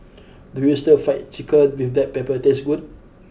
does Stir Fry Chicken with black pepper taste good